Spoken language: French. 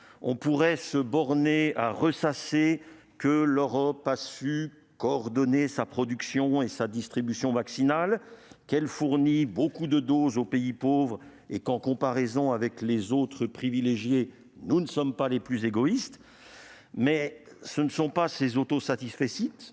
On pourrait certes se borner à ressasser que l'Europe a su mutualiser sa production et sa distribution vaccinales, qu'elle fournit beaucoup de doses aux pays pauvres et qu'en comparaison avec les autres privilégiés nous ne sommes pas les plus égoïstes, mais ces satisfecit